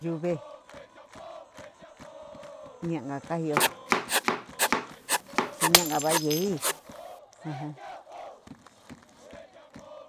Yuve ña'anka kayeiyo tyi ña'anka va'a yeig ajan.